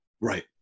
right